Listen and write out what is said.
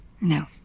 No